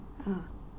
ah